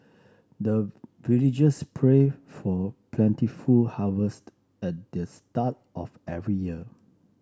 the villagers pray for plentiful harvest at the start of every year